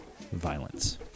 violence